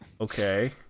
okay